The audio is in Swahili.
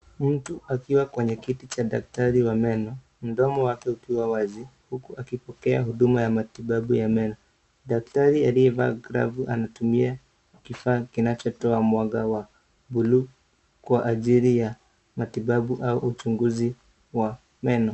Mtu akiwa kwenye kiti cha daktari wa meno, mdomo wake ukiwa wazi, huku akipokea huduma ya matibabu ya meno. Daktari aliyevaa glavu anatumia kifaa kinachotoa mwanga wa bluu, kwa ajili ya matibabu au uchunguzi wa meno.